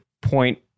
point